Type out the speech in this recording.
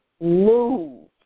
move